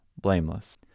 blameless